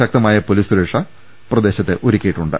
ശക്തമായ പൊലീസ്സുരക്ഷ പ്രദേശത്ത് ഒരുക്കിയി ട്ടുണ്ട്